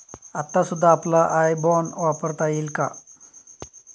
आता सुद्धा आपला आय बॅन वापरता येईल का?